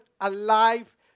alive